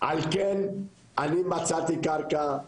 על כן אני מצאתי קרקע,